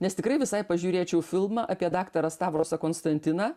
nes tikrai visai pažiūrėčiau filmą apie daktarą stavrosą konstantiną